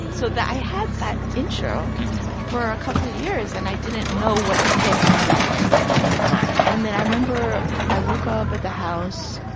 so i had that intro for a couple of years, and i didn't know what to put on the back end of it. and and then i remember i woke up at the house,